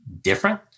different